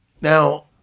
now